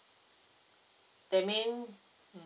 that mean mm